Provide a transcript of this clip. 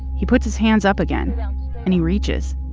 he puts his hands up again and he reaches.